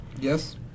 Yes